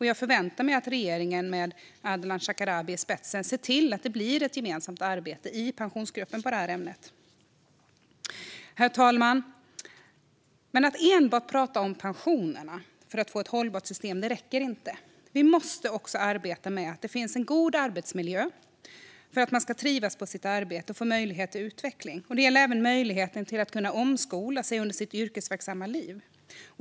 Jag förväntar mig att regeringen med Ardalan Shekarabi i spetsen ser till att det blir ett gemensamt arbete i Pensionsgruppen på detta ämne. Herr ålderspresident! Att enbart prata om pensionerna för att få ett hållbart system räcker inte. Vi måste också arbeta för en god arbetsmiljö så att man trivs på sitt arbete och får möjlighet till utveckling. Det gäller även möjligheten till att omskola sig under sitt yrkesverksamma liv.